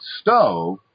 stove